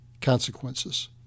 consequences